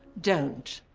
don't.